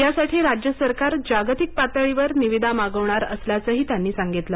यासाठी राज्य सरकार जागतिक पातळीवर निविदा मागवणार असल्याचंही त्यांनी सांगितलं